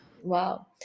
Wow